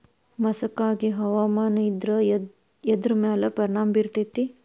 ಮಸಕಾಗಿ ಹವಾಮಾನ ಇದ್ರ ಎದ್ರ ಮೇಲೆ ಪರಿಣಾಮ ಬಿರತೇತಿ?